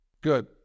Good